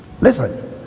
Listen